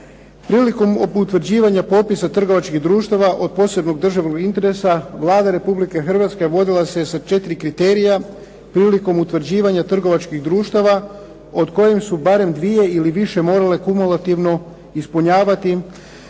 Prilikom utvrđivanja popisa trgovačkih društava od posebnog državnog interesa Vlada Republike Hrvatske vodila se je sa četiri kriterija prilikom utvrđivanja trgovačkih društava, od kojih su barem dvije ili više morale kumulativno ispunjavati